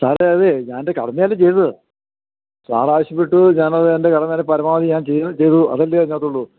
സാറേ അതേ ഞാന് എന്റെ കടമയല്ലേ ചെയ്തത് സാറാവശ്യപ്പെട്ടു ഞാനത് എന്റെ കടമയുടെ പരമാവധി ഞാന് ചെയ്യുകയും ചെയ്തു അതല്ലേ അതിനകത്ത് ഉള്ളു